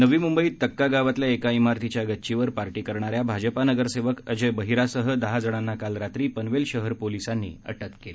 नवी मुंबईत तक्का गावातल्या एका इमारतीच्या गच्चीवर पार्टी करणाऱ्या भाजपा नगरसेवक अजय बहिरासह दहा जणांना काल रात्री पनवेल शहर पोलिसांनी अटक केली